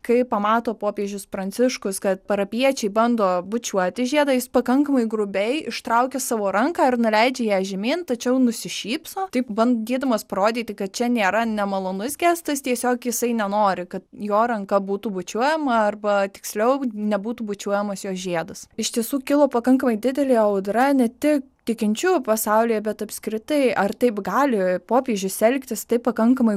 kai pamato popiežius pranciškus kad parapijiečiai bando bučiuoti žiedą jis pakankamai grubiai ištraukia savo ranką ir nuleidžia ją žemyn tačiau nusišypso taip bandydamas parodyti kad čia nėra nemalonus gestas tiesiog jisai nenori kad jo ranka būtų bučiuojama arba tiksliau nebūtų bučiuojamas jo žiedas iš tiesų kilo pakankamai didelė audra ne tik tikinčiųjų pasaulyje bet apskritai ar taip gali popiežius elgtis taip pakankamai